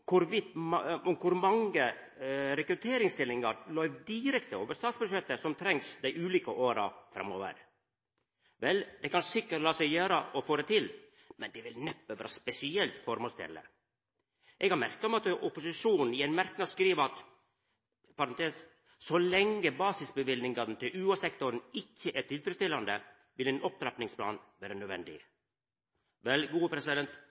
mange rekrutteringsstillingar, løyvde direkte over statsbudsjettet, som trengst dei ulike åra framover. Vel, det er sikkert mogleg å få til, men det vil neppe vera spesielt føremålstenleg. Eg har merka meg at opposisjonen i ein merknad skriv at «så lenge basisbevilgningene til UH-sektoren ikke er tilfredsstillende, vil en opptrappingsplan være nødvendig». Vel,